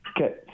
Okay